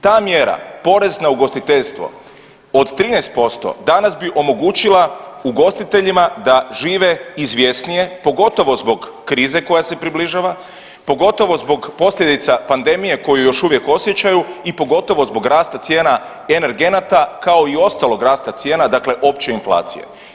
Ta mjera, porez na ugostiteljstvo od 13% danas bi omogućila ugostiteljima da žive izvjesnije pogotovo zbog krize koja se približava, pogotovo zbog posljedica pandemije koju još uvijek osjećaju i pogotovo zbog rasta cijena energenata kao i ostalog rasta cijena, dakle opće inflacije.